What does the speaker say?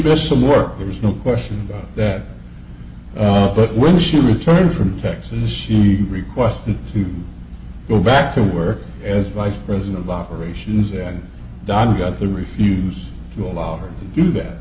does some work there is no question about that but when she returned from texas she requested you go back to work as vice president of operations and don got to refuse to allow her to do that